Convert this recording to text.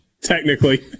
technically